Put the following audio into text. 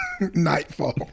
nightfall